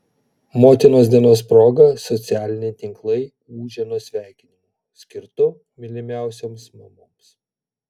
motinos dienos proga socialiniai tinklai ūžė nuo sveikinimų skirtų mylimiausioms mamoms